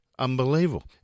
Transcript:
Unbelievable